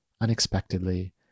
unexpectedly